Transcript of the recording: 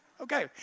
Okay